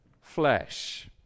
flesh